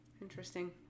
Interesting